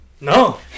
no